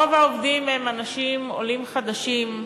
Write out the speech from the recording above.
רוב העובדים הם עולים חדשים,